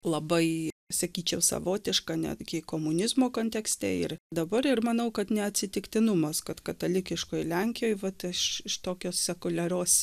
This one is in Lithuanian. labai sakyčiau savotiška netgi komunizmo kontekste ir dabar ir manau kad ne atsitiktinumas kad katalikiškoj lenkijoj vat iš iš tokios sekuliarios